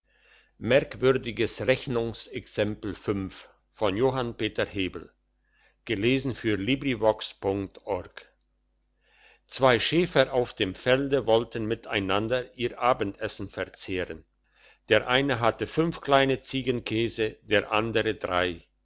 merkwürdiges rechnungsexempel zwei schäfer auf dem felde wollten miteinander ihr abendessen verzehren der eine hatte fünf kleine ziegenkäse der andere drei